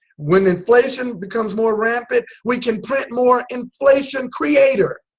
when inflation becomes more rampant we can print more inflation creator.